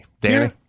Danny